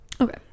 okay